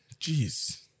Jeez